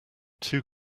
too